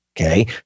Okay